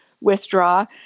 withdraw